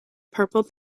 purple